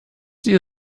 sie